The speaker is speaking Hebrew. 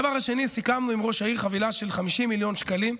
הדבר השני: סיכמנו עם ראש העיר חבילה של 50 מיליון שקלים.